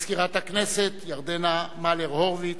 מזכירת הכנסת ירדנה מלר-הורוביץ,